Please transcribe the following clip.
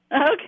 Okay